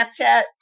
Snapchat